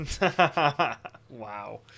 Wow